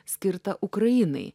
skirta ukrainai